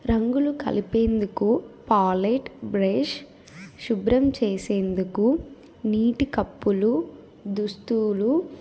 రంగులు కలిపేందుకు palette brush శుభ్రం చేసేందుకు నీటి కప్పులు దుస్తువులు